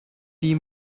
die